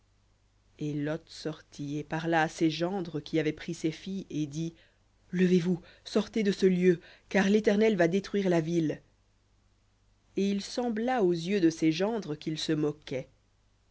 et lot sortit et parla à ses gendres qui avaient pris ses filles et dit levez-vous sortez de ce lieu car l'éternel va détruire la ville et il sembla aux yeux de ses gendres qu'il se moquait